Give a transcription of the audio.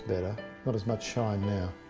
better not as much shine now.